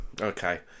Okay